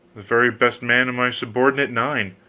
very best man in my subordinate nine.